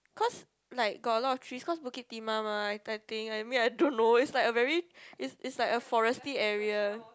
cause like got a lot of trees cause Bukit-Timah mah I think I mean I don't know it's like a very it's it's like a forestry area